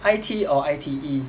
it or I_T_E